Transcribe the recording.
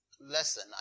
lesson